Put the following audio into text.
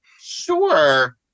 Sure